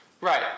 Right